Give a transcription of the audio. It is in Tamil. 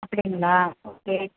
அப்படிங்களா ஓகே